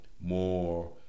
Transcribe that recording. more